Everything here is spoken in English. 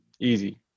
Easy